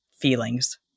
feelings